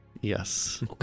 Yes